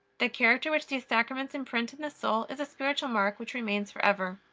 the character which these sacraments imprint in the soul is a spiritual mark which remains forever.